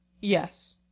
Yes